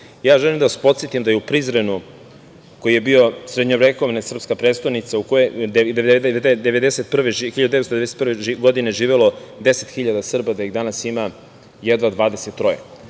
Ja želim da vas podsetim da je u Prizrenu koji je bio srednjovekovna srpska prestonica u kojoj je 1991. godine živelo 10 hiljada Srba da ih danas ima jedva 23,